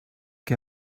qui